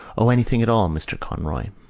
o, anything at all, mr. conroy.